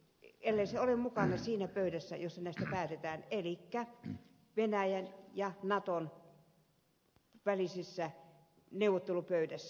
ellei se ole mukana siinä pöydässä jossa näistä päätetään elikkä venäjän ja naton välisessä neuvottelupöydässä